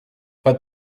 pas